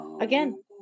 Again